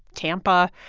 tampa,